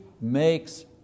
makes